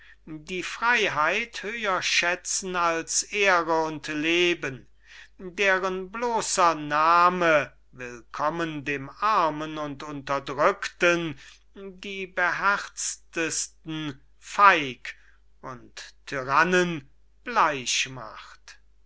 die freyheit höher schätzen als ehre und leben deren bloser name willkommen dem armen und unterdrückten die beherztesten feig und tyrannen